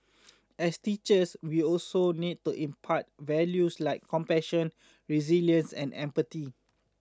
as teachers we also need to impart values like compassion resilience and empathy